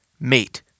mate